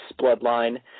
bloodline